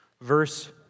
verse